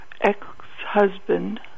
ex-husband